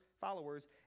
followers